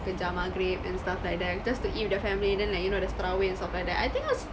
kejar maghrib and stuff like that just to eat with their family then like you know there's terawih and stuff like that I think this